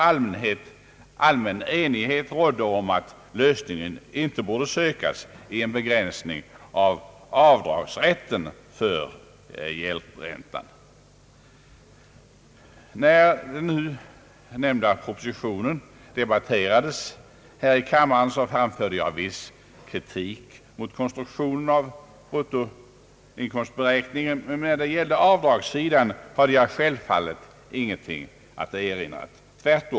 Allmän enighet rådde således om att lösningen inte borde sökas i en begränsning av avdragsrätten för gäldränta. När denna proposition debatterades här i kammaren framförde jag viss kritik mot konstruktionen av bruttoinkomstberäkningen, men när det gällde avdragssidan hade jag självfallet ingenting att erinra.